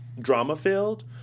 drama-filled